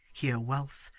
here wealth,